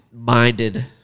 Minded